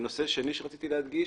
הנושא השני שרציתי להדגיש,